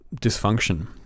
dysfunction